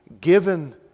given